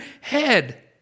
head